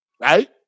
right